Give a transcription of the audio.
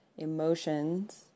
Emotions